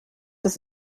das